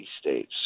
states